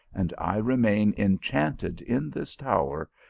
and i remain enchanted in this tower,